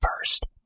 first